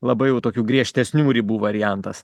labai jau tokių griežtesnių ribų variantas